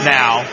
now